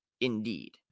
Indeed